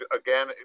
again